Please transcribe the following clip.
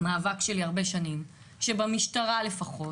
מאבק שלי הרבה שנים, שבמשטרה לפחות